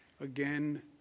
Again